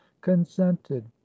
consented